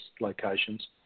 locations